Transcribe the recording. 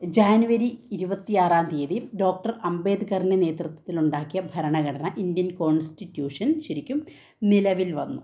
ജാനുവരി ഇരുപത്തി ആറാം തീയതി ഡോക്ടര് അംബേദ്കറന്റെ നേതൃത്വത്തില് ഉണ്ടാക്കിയ ഭരണഘടന ഇന്ത്യന് കോൺസ്റ്റിറ്റ്യൂഷൻ ശരിക്കും നിലവില് വന്നു